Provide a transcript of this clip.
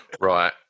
Right